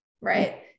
Right